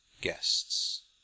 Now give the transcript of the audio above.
guests